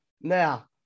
Now